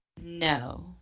No